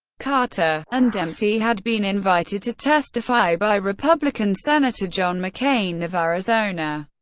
carter and dempsey had been invited to testify by republican senator john mccain of arizona,